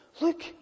look